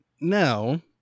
now